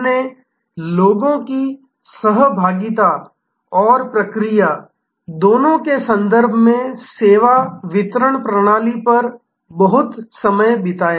हमने लोगों की सहभागिता और प्रक्रिया दोनों के संदर्भ में सेवा वितरण प्रणाली पर बहुत समय बिताया